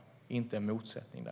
Där finns ingen motsättning.